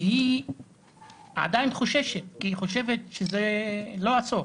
היא עדיין חוששת, כי היא חושבת שזה לא הסוף